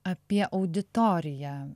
apie auditoriją